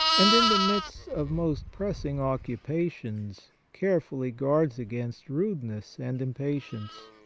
and in the midst of most pressing occupations carefully guards against rudeness and impatience.